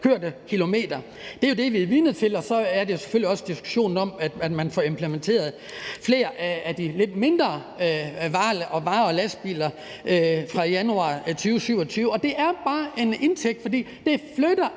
kørte kilometer. Det er jo det, vi er vidne til, og så er det selvfølgelig også diskussionen om, at man får implementeret flere af de lidt mindre vare- og lastbiler fra januar 2027, og det er bare en indtægt, for det flytter